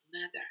mother